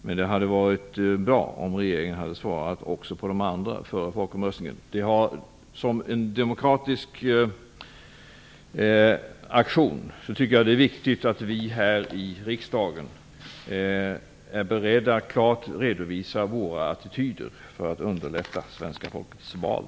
Men det skulle vara bra om regeringen skulle kunna svara på de andra interpellationerna före folkomröstningen. Det är viktigt att vi i riksdagen, som en demokratisk aktion, är beredda att klart redovisa våra attityder för att underlätta svenska folkets val.